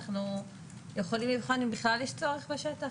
אנחנו יכולים לבחון אם בכלל יש צורך בשטח,